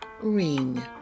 Ring